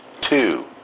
two